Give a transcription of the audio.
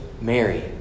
Mary